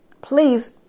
Please